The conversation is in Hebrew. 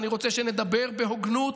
אני רוצה שנדבר בהוגנות,